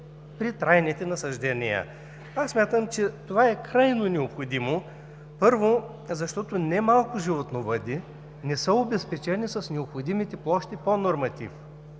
при трайните насаждения. Смятам, че това е крайно необходимо, първо, защото немалко животновъди не са обезпечени с необходимите площи по нормативи.